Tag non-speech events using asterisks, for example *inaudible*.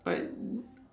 like *noise*